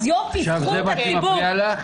עכשיו זה מה שמפריע לך?